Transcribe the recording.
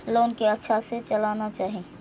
Loan के अच्छा से चलाना चाहि?